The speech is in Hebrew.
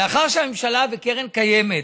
לאחר שהממשלה וקרן הקיימת